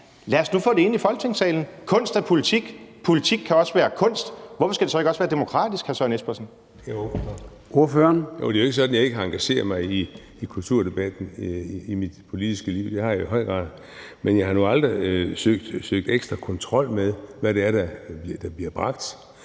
Lad os nu få det ind i Folketingssalen. Kunst er politik. Politik kan også være kunst, så hvorfor skal det ikke også være demokratisk, hr. Søren Espersen? Kl. 20:41 Formanden (Søren Gade): Ordføreren. Kl. 20:41 Søren Espersen (DD): Nu er det jo ikke sådan, at jeg ikke har engageret mig i kulturdebatten i mit politiske liv. Det har jeg i høj grad. Men jeg har nu aldrig søgt ekstra kontrol med, hvad det er, der bliver bragt.